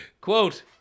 Quote